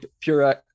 pure